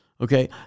okay